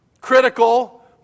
critical